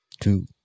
Two